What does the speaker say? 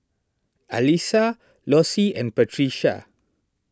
Alysa Lossie and Patrica